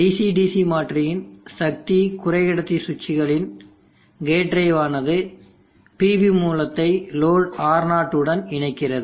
DC DC மாற்றியின் சக்தி குறைகடத்தி சுவிட்சுகளின் கேட் டிரைவ் ஆனது PV மூலத்தை லோடு R0 உடன் இணைக்கிறது